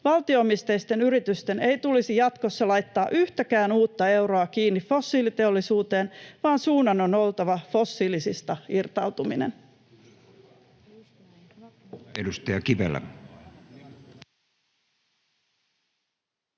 Valtio-omisteisten yritysten ei tulisi jatkossa laittaa yhtäkään uutta euroa kiinni fossiiliteollisuuteen, vaan suunnan on oltava fossiilisista irtautumiseen.